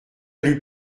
lui